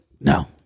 No